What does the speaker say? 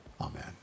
Amen